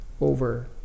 over